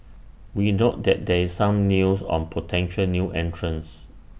we note that there is some news on potential new entrants